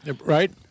right